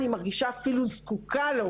אני מרגישה אפילו זקוקה לו,